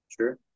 sure